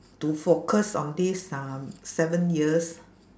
to focus on this um seven years